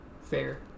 fair